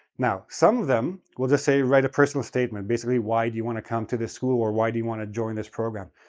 now, some of them will just say write a personal statement, basically, why do you want to come to this school, or why do you want to join this program.